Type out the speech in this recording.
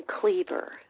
Cleaver